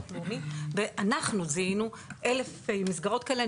לאומי ואנחנו זיהינו אלף מסגרות כאלה,